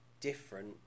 different